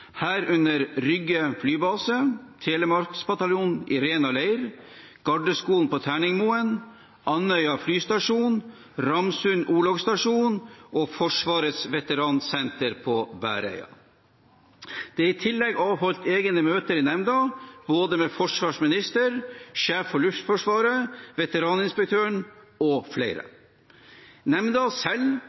herunder Rygge flybase, Telemarksbataljonen i Rena Leir, Gardeskolen på Terningmoen, Andøya flystasjon, Ramsund orlogsstasjon og Forsvarets veteransenter på Bæreia. Det er i tillegg avholdt egne møter i nemnda, både med forsvarsministeren, Sjef for Luftforsvaret, Veteraninspektøren og flere. Nemnda selv